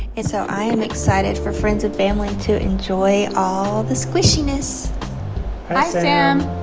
and so i'm excited for friends and family to enjoy all the squishiness hi sam,